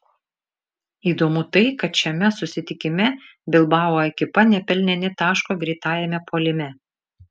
įdomu tai kad šiame susitikime bilbao ekipa nepelnė nė taško greitajame puolime